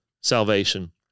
salvation